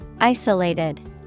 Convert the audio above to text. Isolated